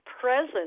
presence